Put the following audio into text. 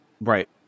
Right